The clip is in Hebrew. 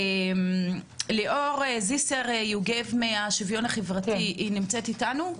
ליאור זיסר יוגב מהשיוויון החברתי נמצאת איתנו?